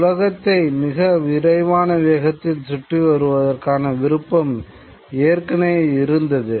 உலகத்தை மிக விரைவான வேகத்தில் சுற்றி வருவதற்கான விருப்பம் ஏற்கனவே இருந்தது